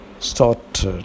Start